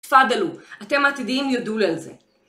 תפדלו, אתם עתידיים יודעו על זה.